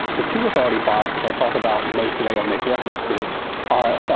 the two authority files which i'll talk about most today or make reference to are